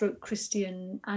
Christian